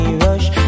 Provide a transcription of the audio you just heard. rush